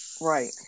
Right